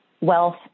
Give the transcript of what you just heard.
wealth